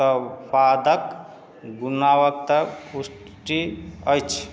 उत्पादक गुणवत्ताक पुष्टि अछि